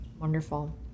Wonderful